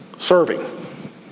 Serving